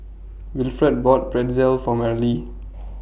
Wilford bought Pretzel For Marlie